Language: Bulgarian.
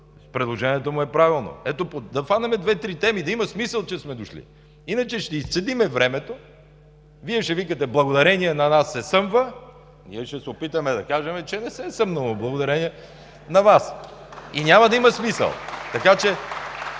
предложението му е правилно, да хванем две-три теми, да има смисъл, че сме дошли. Иначе ще изцедим времето, Вие ще викате: „Благодарение на нас се съмва“, ние ще се опитваме да кажем, че не се е съмнало благодарение на Вас. (Ръкопляскания от ГЕРБ.)